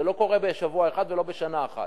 זה לא קורה בשבוע אחד ולא בשנה אחת.